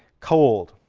cold,